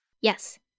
Yes